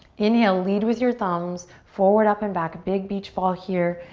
inhale, lead with your thumbs, forward up and back. big beach ball here,